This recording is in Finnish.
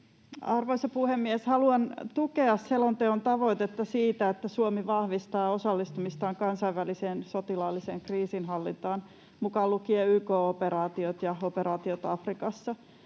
Arvoisa puhemies! Haluan tukea selonteon tavoitetta siitä, että Suomi vahvistaa osallistumistaan kansainväliseen sotilaalliseen kriisinhallintaan mukaan lukien YK-operaatiot ja operaatiot Afrikassa.